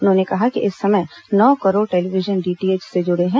उन्होंने कहा कि इस समय नौ करोड़ टेलीविजन डीटीएच से जुड़े हैं